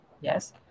yes